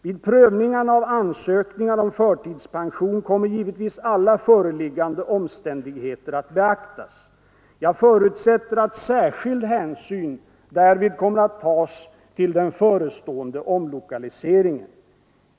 Vid prövningarna av ansökningar om förtidspension kommer givetvis alla föreliggande omständigheter att beaktas. Jag förutsätter att särskild hänsyn därvid kommer att tas till den förestående omlokaliseringen.